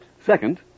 Second